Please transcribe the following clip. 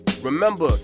Remember